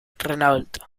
renault